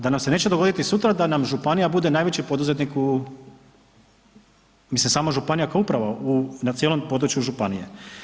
Da nam se neće dogoditi sutra da nam županija bude najveći poduzetnik u, mislim sama županija kao uprava, na cijelom području županije.